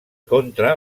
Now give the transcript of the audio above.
contra